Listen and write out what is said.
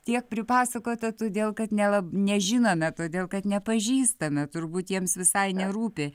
tiek pripasakota todėl kad nelab nežinome todėl kad nepažįstame turbūt jiems visai nerūpi